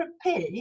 prepare